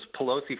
Pelosi